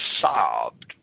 sobbed